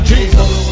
Jesus